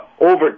Over